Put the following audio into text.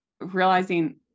realizing